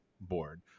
board